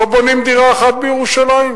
לא בונים דירה אחת בירושלים.